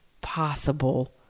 possible